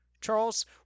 Charles